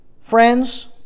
Friends